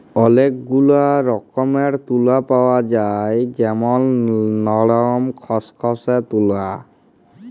ওলেক গুলা রকমের তুলা পাওয়া যায় যেমল লরম, খসখসে তুলা